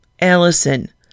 Allison